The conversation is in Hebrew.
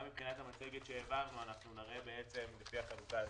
במצגת נראה לפי החלוקה הזאת.